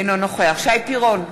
אינו נוכח שי פירון,